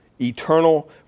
Eternal